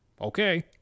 Okay